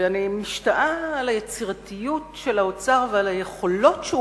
ואני משתאה על היצירתיות של האוצר ועל יכולות הביצוע